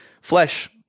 Flesh